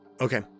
Okay